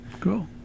Cool